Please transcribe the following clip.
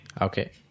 Okay